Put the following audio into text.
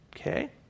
okay